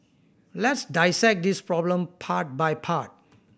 let's dissect this problem part by part